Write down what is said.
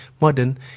modern